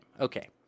Okay